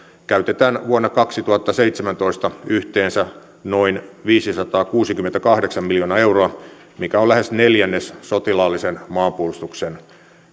käytetään vuonna kaksituhattaseitsemäntoista yhteensä noin viisisataakuusikymmentäkahdeksan miljoonaa euroa mikä on lähes neljännes sotilaallisen maanpuolustuksen